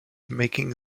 making